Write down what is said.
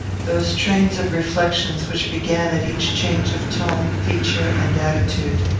those trains of reflections which began at each change of tone, feature, and attitude.